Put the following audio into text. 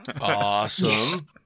Awesome